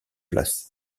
place